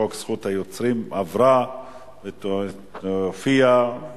חוק זכות יוצרים (תיקון) עברה ותופיע ותופץ